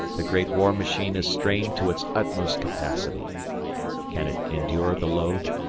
the great war machine is strained to its utmost capacity can it endure the load?